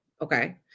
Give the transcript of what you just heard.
Okay